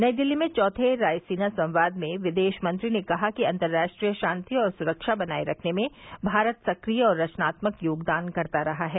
नई दिल्ली में चौथे रायसीना संवाद में विदेश मंत्री ने कहा कि अंतर्राष्ट्रीय शांति और सुरक्षा बनाये रखने में भारत सक्रिय और रचनात्मक योगदान करता रहा है